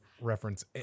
reference